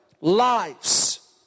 lives